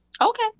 okay